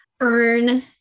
earn